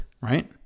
right